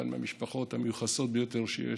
אחת מהמשפחות המיוחסות ביותר שיש,